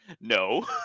No